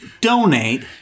donate